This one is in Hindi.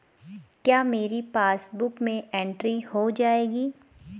क्या मेरी पासबुक में एंट्री हो जाएगी?